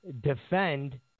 defend